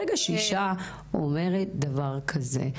ברגע שאישה אומרת דבר כזה,